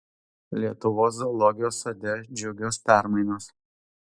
lietuvos zoologijos sode džiugios permainos